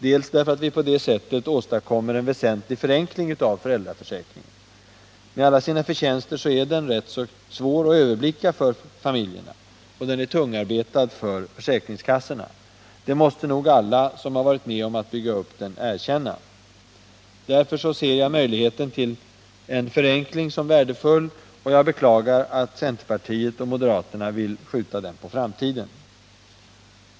Dels därför att vi på det sättet åstadkommer en väsentlig förenkling av föräldraförsäkringen. Med alla sina förtjänster är den rätt så svår att överblicka för familjerna och tungarbetad på försäkringskassorna. Det måste nog alla som har varit med om att bygga upp den erkänna. Därför ser jag möjligheten till en förenkling som värdefull, och jag beklagar att centerpartiet och moderaterna vill skjuta den på framtiden.